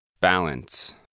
Balance